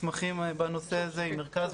מסמכים בנושא הזה עם מרכז,